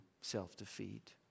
self-defeat